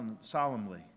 solemnly